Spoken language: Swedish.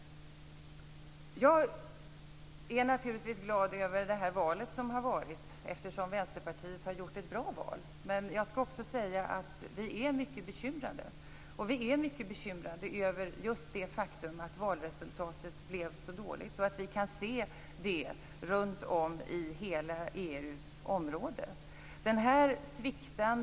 Jag är naturligtvis glad över det val som har varit, eftersom Vänsterpartiet har gjort ett bra val. Men vi är mycket bekymrade över att valresultatet blev så dåligt. Det kan vi se i hela EU:s område.